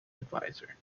adviser